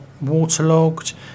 waterlogged